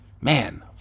man